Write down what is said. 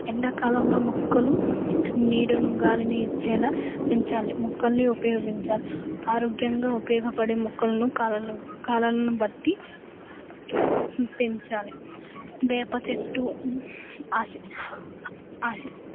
ఎండాకాలంలో మొక్కలు నీడను గాలిని ఇచ్చేలా పెంచాలి మొక్కలని ఉపయోగించాలి ఆరోగ్యంగా ఉపయోగపడే మొక్కలను కాలాలు కాలాలను బట్టి పెంచాలి వేప చెట్టు ఆశి ఆశి